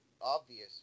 obvious